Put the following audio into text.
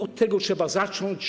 Od tego trzeba zacząć.